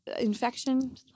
infection